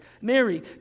Mary